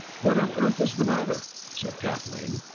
what on earth is the matter? said kathleen.